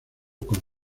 con